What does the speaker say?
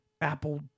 Apple